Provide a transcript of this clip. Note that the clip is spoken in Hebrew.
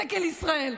דגל ישראל.